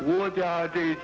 what did